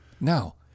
Now